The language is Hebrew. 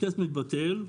הטסט מתבטל,